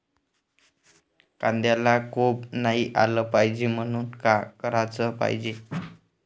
कांद्याला कोंब नाई आलं पायजे म्हनून का कराच पायजे?